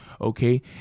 Okay